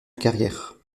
carrière